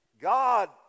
God